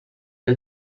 que